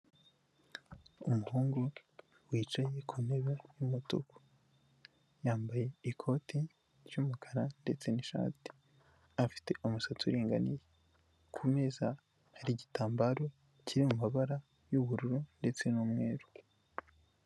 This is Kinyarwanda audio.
Umuhungu wicaye ku ntebe y'umutuku, yambaye ikote ry'umukara ndetse n'ishati, afite umusatsi uringaniye, ku meza hari igitambaro kiri mu mabara y'ubururu ndetse n'umweru.